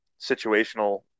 situational